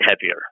heavier